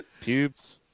Pubes